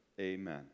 Amen